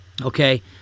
okay